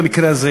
במקרה הזה,